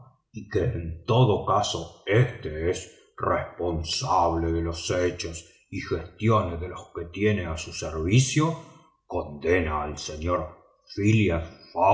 y que en todo caso éste es responsable de los hechos y gestiones de quienes tiene a su servicio condeno al señor